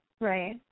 Right